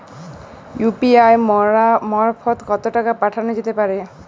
UPI মারফত কত টাকা পাঠানো যেতে পারে?